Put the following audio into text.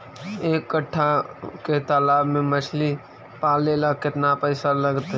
एक कट्ठा के तालाब में मछली पाले ल केतना पैसा लगतै?